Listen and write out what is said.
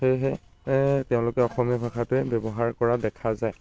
সেয়েহে তেওঁলোকে অসমীয়া ভাষাটো ব্যৱহাৰ কৰা দেখা যায়